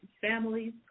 families